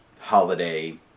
holiday